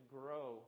grow